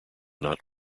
not